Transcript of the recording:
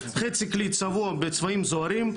חצי כלי צבוע בצבעים זוהרים,